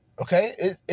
Okay